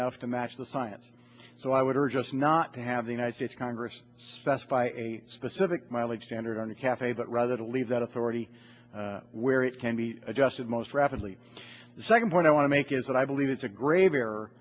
enough to match the science so i would urge us not to have the united states congress specify a specific mileage standard on the cafe but rather to leave that authority where it can be adjusted most rapidly the second point i want to make is that i believe it's a grave error